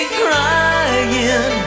crying